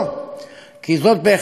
כי זאת בהחלט משימה.